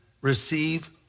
receive